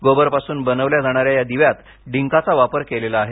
गोबरपासून बनवल्या जाणाऱ्या या दिव्यात डिंकाचा वापर केलेला आहे